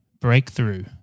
breakthrough